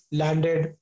landed